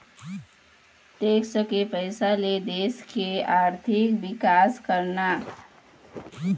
tax के पइसा ले देश के आरथिक बिकास करना